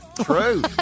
True